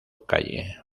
calle